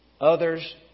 others